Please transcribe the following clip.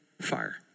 fire